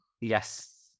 Yes